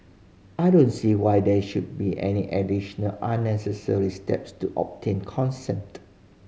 I don't see why there should be any additional unnecessary steps to obtain consent